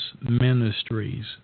Ministries